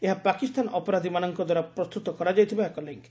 ଏହା ପାକିସ୍ତାନୀ ଅପରାଧୀମାନଙ୍କ ଦ୍ୱାରା ପ୍ରସ୍ତୁତ କରାଯାଇଥିବା ଏକ ଲିଙ୍କ୍